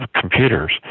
computers